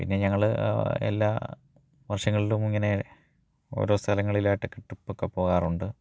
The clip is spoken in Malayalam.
പിന്നെ ഞങ്ങൾ എല്ലാ വര്ഷങ്ങളിലും ഇങ്ങനെ ഓരോ സ്ഥലങ്ങളിലായിട്ടൊക്കെ ട്രിപ്പൊക്കെ പോകാറുണ്ട്